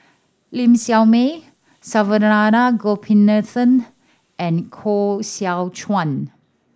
Ling Siew May Saravanan Gopinathan and Koh Seow Chuan